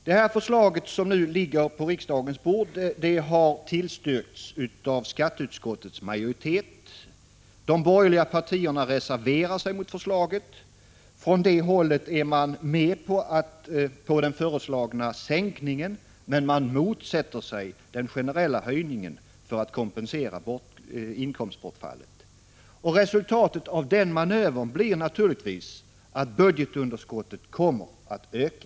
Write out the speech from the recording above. Det förslag som nu ligger på riksdagens bord tillstyrks av skatteutskottets majoritet. De borgerliga partierna reserverar sig. Från det hållet är man med på den föreslagna sänkningen, men motsätter sig den generella höjningen för att kompensera inkomstbortfallet. Resultatet av den manövern blir naturligtvis att budgetunderskottet kommer att öka.